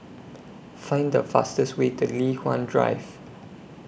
Find The fastest Way to Li Hwan Drive